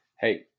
Hey